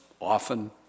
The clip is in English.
often